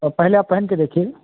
और पहले आप पहन के देखिएगा